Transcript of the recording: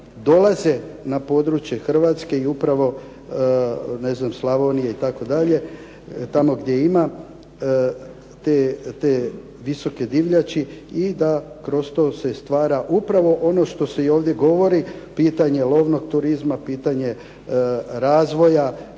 dolaze na područje Hrvatske i upravo, ne znam Slavonije itd., tamo gdje ima te visoke divljači i da kroz to se stvara upravo ono što se i ovdje govori, pitanje lovnog turizma, pitanje razvoja